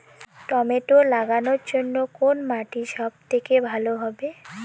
Tomato লাগানোর জন্যে কোন মাটি সব থেকে ভালো হবে?